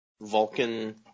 Vulcan